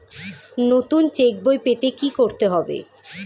নতুন চেক বই পেতে কী করতে হবে?